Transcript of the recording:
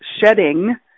shedding